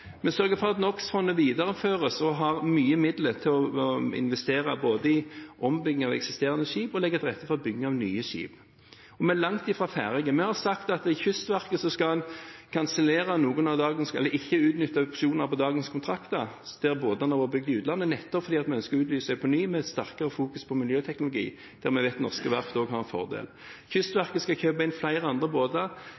for at Nox-fondet videreføres og har mye midler til både å investere i ombygging av eksisterende skip og å legge til rette for bygging av nye skip. Vi er langt fra ferdige. Vi har sagt at i Kystverket skal en ikke utnytte opsjoner på dagens kontrakter der båtene har vært bygd i utlandet, nettopp fordi vi ønsker å utlyse det på nytt, med sterkere fokus på miljøteknologi, der vi vet at norske verft også har en fordel.